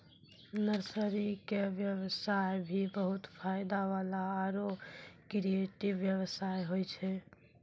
nursery के व्यवसाय भी बहुत फायदा वाला आरो क्रियेटिव व्यवसाय होय छै